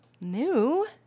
New